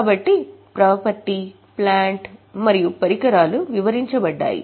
కాబట్టి property plant మరియు పరికరాలు వివరించబడ్డాయి